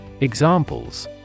Examples